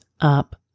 up